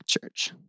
church